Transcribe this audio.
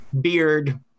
beard